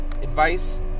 advice